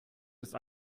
ist